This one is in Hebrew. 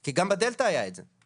כי גם בדלתא היה את זה,